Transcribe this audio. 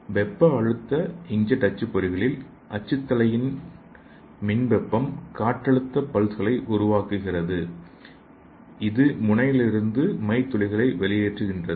வெப்ப இன்க்ஜெட் அச்சுப்பொறிகளில் அச்சுத் தலையின் மின்வெப்பம் காற்றழுத்த பல்ஸ்களை உருவாக்குகிறது இது முனையிலிருந்து மை துளிகளை வெளியேற்றுகின்றது